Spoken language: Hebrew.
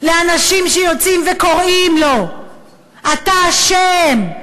לאנשים שיוצאים וקוראים לו: אתה אשם,